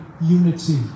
unity